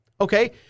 Okay